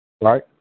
Right